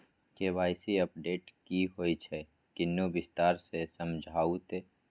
KYC update की होय छै किन्ने विस्तार से समझाऊ ते?